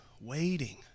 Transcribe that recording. waiting